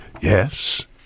Yes